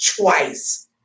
twice